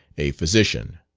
a physician.